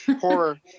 horror